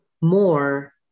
more